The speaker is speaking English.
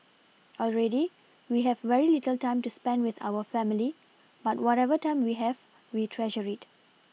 already we have very little time to spend with our family but whatever time we have we treasure it